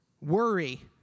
Worry